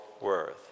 Worth